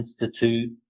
Institute